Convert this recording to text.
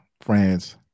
Friends